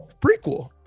prequel